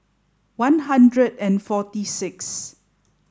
one hundred and forty six